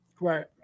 Right